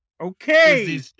Okay